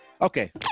okay